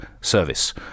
service